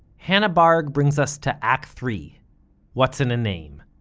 hannah barg brings us to act three what's in a name?